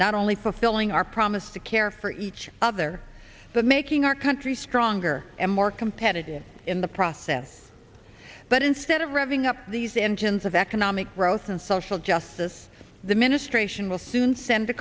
not only fulfilling our promise to care for each other but making our country stronger and more competitive in the process but instead of revving up these engines of economic growth and social justice the ministration will soon send t